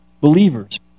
believers